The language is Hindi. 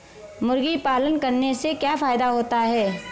मुर्गी पालन करने से क्या फायदा होता है?